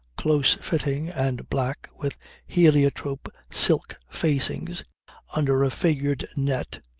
close-fitting and black, with heliotrope silk facings under a figured net,